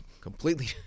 completely